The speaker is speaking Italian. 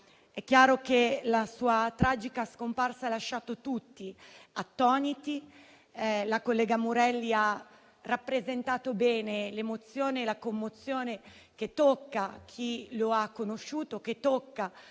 È chiaro che la sua tragica scomparsa ha lasciato tutti attoniti. La collega Murelli ha rappresentato bene l'emozione e la commozione che tocca chi lo ha conosciuto, che tocca